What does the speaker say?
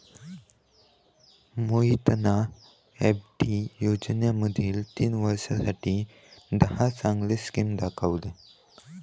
मोहितना एफ.डी योजनांमधना तीन वर्षांसाठी दहा चांगले स्किम दाखवल्यान